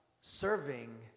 serving